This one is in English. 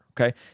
okay